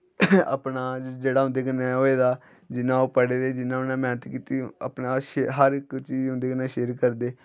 अपना जेह्ड़ा उं'दे कन्नै होए दा जि'यां ओह् पढ़े दे जि'यां उ'नें मैह्नत कीती दी अपनी हर इक चीज उं'दे कन्नै शेयर करदे